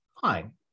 fine